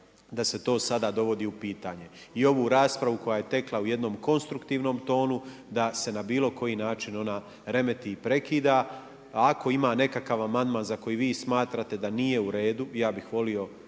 da se to sada dovodi u pitanje. I ovu raspravu koja je rekla u jednom konstruktivnom tonu, da se na bilo koji način ona remeti i prekida, ako ima nekakav amandman za koji vi smatrate da nije u redu, ja bih volio